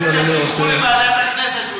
בסדר, תלכו לוועדת הכנסת.